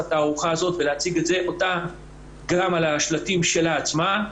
התערוכה הזו ולהציג אותה גם על השלטים שלה עצמה.